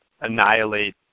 annihilate